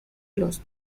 los